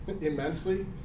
immensely